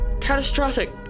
catastrophic